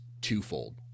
twofold